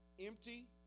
empty